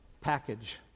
package